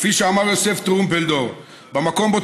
וכפי שאמר יוסף טרומפלדור: "במקום בו